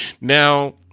Now